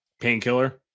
Painkiller